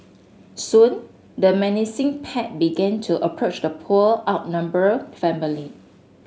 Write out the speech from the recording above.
soon the menacing pack began to approach the poor outnumbered family